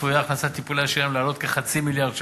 צפויה הכנסת טיפולי השיניים לעלות כחצי מיליארד ש"ח.